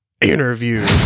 interview